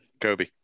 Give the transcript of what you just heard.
Kobe